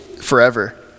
forever